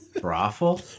Brothel